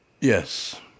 Yes